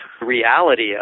reality